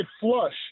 flush